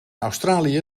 australië